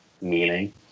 meaning